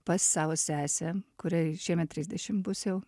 pas savo sesę kuriai šiemet trisdešimt bus jau